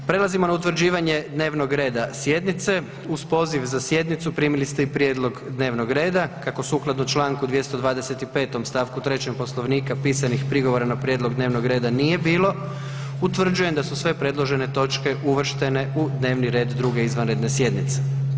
Prelazimo na utvrđivanje dnevnog reda sjednice uz poziv za sjednicu primili ste i prijedlog dnevnog reda, kako sukladno čl. 225. st. 3. Poslovnika pisanih prigovora na prijedlog dnevnog reda nije bilo utvrđujem da su sve predložene točke uvrštene u dnevni red 2. izvanredne sjednice.